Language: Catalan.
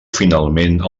finalment